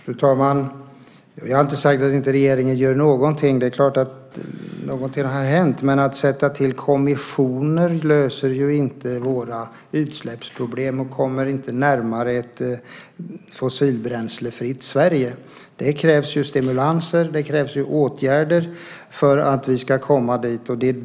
Fru talman! Jag har inte sagt att regeringen inte gör någonting. Det är klart att någonting har hänt. Men att sätta till kommissionen löser inte våra utsläppsproblem och gör inte att vi kommer närmare ett fossilbränslefritt Sverige. Det krävs stimulanser och åtgärder för att vi ska komma dit.